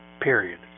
period